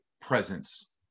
presence